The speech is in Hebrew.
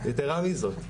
ייתרה מזאת,